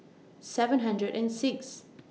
seven hundred and six